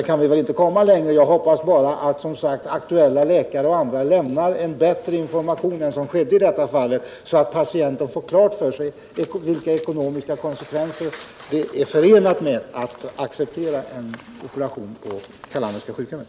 Vi kan väl nu inte komma längre, men jag hoppas att vederbörande läkare och andra i fortsättningen lämnar bättre information än vad som skett i detta fall, så att patienterna får klart för sig vilka ekonomiska konsekvenser som är förenade med ett accepterande av en operation på Carlanderska sjukhemmet.